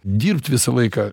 dirbt visą laiką